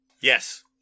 Yes